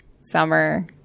summer